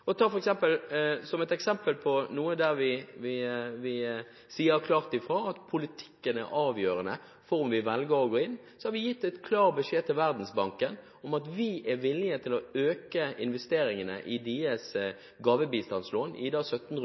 Som et eksempel på at vi sier klart ifra at politikken er avgjørende for om vi velger å gå inn: Vi har gitt klar beskjed til Verdensbanken om at vi er villige til å øke investeringene i deres gavebistandslån, IDA-17-runden, under forutsetning av at det kommer et sterkere fokus på fordeling for å sørge for at veksten i